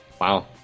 Wow